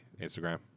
Instagram